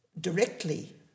directly